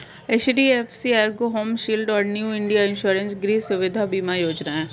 HDFC Ergo home shield और New India insurance Griha Suvidha बीमा योजनाएं हैं